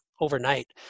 overnight